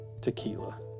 tequila